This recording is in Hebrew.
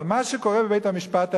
אבל מה שקורה בבית-המשפט העליון,